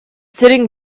sitting